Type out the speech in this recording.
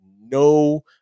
no